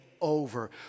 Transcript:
over